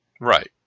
Right